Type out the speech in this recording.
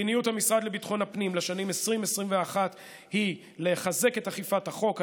מדיניות המשרד לביטחון הפנים לשנים 2021-2020היא לחזק את אכיפת החוק,